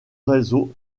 réseau